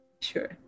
Sure